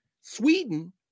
sweden